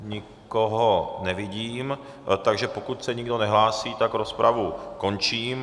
Nikoho nevidím, takže pokud se nikdo nehlásí, tak rozpravu končím.